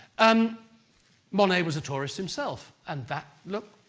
um monet was a tourist himself and that, look,